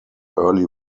early